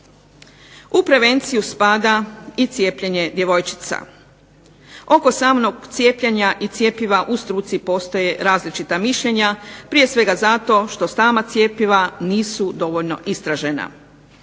U prevenciju spada i cijepljenje djevojčica. Oko samog cijepljenja i cjepiva u struci postoje različita mišljenja. Prije svega zato što sama cjepiva nisu dovoljno istražena.